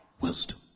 wisdom